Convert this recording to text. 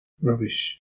rubbish